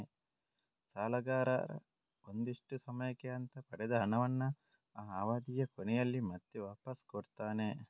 ಸಾಲಗಾರ ಒಂದಿಷ್ಟು ಸಮಯಕ್ಕೆ ಅಂತ ಪಡೆದ ಹಣವನ್ನ ಆ ಅವಧಿಯ ಕೊನೆಯಲ್ಲಿ ಮತ್ತೆ ವಾಪಾಸ್ ಕೊಡ್ತಾನೆ